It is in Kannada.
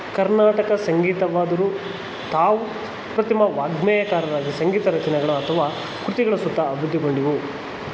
ಕರ್ನಾಟಕ ಸಂಗೀತವಾದರೂ ತಾವು ಅಪ್ರತಿಮ ವಾಗ್ಗೇಯಕಾರರ ಸಂಗೀತ ರಚನೆಗಳು ಅಥವಾ ಕೃತಿಗಳ ಸುತ್ತ ಅಭಿವೃದ್ಧಿಗೊಂಡವು